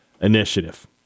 Initiative